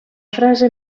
frase